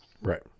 right